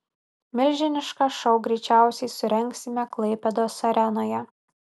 milžinišką šou greičiausiai surengsime klaipėdos arenoje